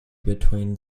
between